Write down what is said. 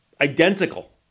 identical